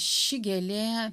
ši gėlė